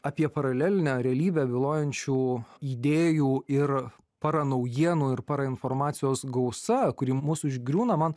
apie paralelinę realybę bylojančių idėjų ir poranaujienų ir parainformacijos gausa kuri mus užgriūna man